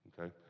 Okay